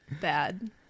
bad